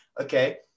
okay